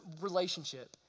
relationship